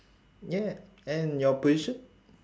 ya and your position